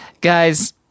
Guys